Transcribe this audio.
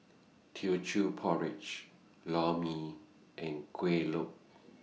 Teochew Porridge Lor Mee and Kueh Lopes